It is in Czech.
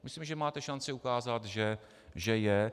Myslím, že máte šanci ukázat, že je.